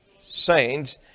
saints